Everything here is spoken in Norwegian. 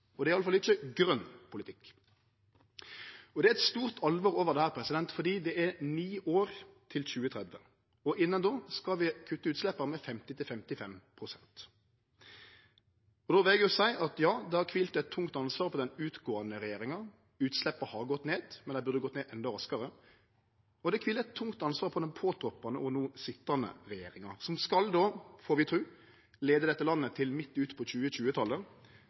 og det er iallfall ikkje grøn politikk. Det er eit stort alvor over dette fordi det er ni år til 2030, og innan den tida skal vi kutte utsleppa med 50–55 pst. Då vil eg seie at det har kvilt eit tungt ansvar på den utgåande regjeringa, utsleppa har gått ned, men dei burde gått ned endå raskare, og det kviler eit tungt ansvar på den påtroppande og no sitjande regjeringa, som skal, får vi tru, leie dette landet til midt utpå 2020-talet. Då skal ein vere på